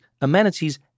amenities